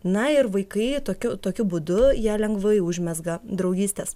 na ir vaikai tokiu tokiu būdu jie lengvai užmezga draugystes